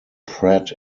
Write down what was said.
pratt